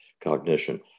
cognition